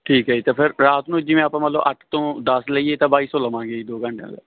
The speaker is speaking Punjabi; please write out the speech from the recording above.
ਠੀਕ ਹੈ ਜੀ ਅਤੇ ਫਿਰ ਰਾਤ ਨੂੰ ਜਿਵੇਂ ਆਪਾਂ ਮਤਲਬ ਅੱਠ ਤੋਂ ਦਸ ਲਈਏ ਤਾਂ ਬਾਈ ਸੌ ਲਵਾਂਗੇ ਜੀ ਦੋ ਘੰਟਿਆਂ ਦਾ